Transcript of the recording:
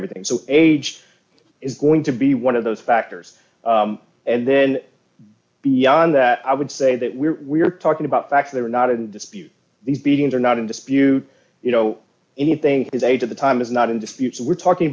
everything so age is going to be one of those factors and then beyond that i would say that we are talking about facts that are not in dispute these beatings are not in dispute you know anything his age at the time is not in dispute so we're talking